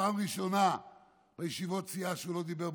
פעם ראשונה בישיבות סיעה שהוא לא דיבר,